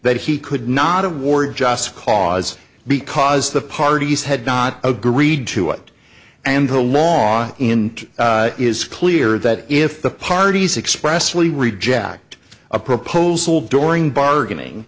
that he could not award just cause because the parties had not agreed to it and the law in is clear that if the parties expressly reject a proposal during bargaining